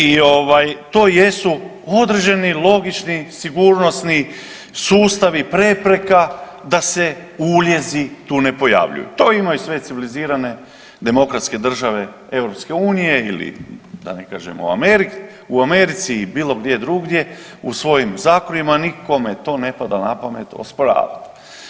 I ovaj, to jesu određeni logični sigurnosni sustavi, prepreka da se uljezi tu ne pojavljuju, to imaju sve civilizirane demokratske države EU ili, da ne kažemo, u Americi i bilo gdje drugdje u svojim zakonima, nikome to ne pada na pamet osporavati.